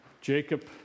Jacob